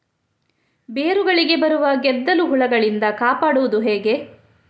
ಬೇರುಗಳಿಗೆ ಬರುವ ಗೆದ್ದಲು ಹುಳಗಳಿಂದ ಕಾಪಾಡುವುದು ಹೇಗೆ?